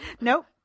Nope